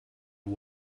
and